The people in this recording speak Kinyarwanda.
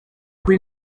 kuri